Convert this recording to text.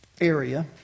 area